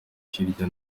hirya